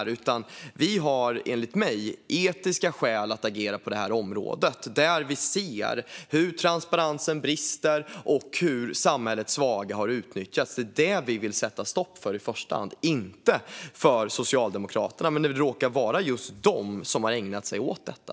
Enligt mig har vi etiska skäl att agera på detta område eftersom vi ser att transparens saknas och samhällets svaga utnyttjas. Det är detta vi vill sätta stopp för i första hand, inte för Socialdemokraterna. Men nu råkar det vara just de som har ägnat sig åt detta.